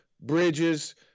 bridges